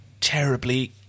terribly